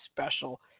special